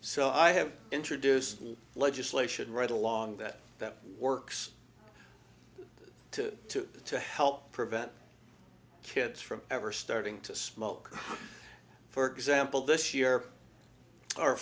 i have introduced legislation right along that that works to help prevent kids from ever starting to smoke for example this year